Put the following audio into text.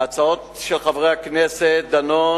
ההצעות של חברי הכנסת דנון,